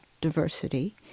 Diversity